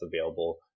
available